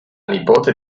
nipote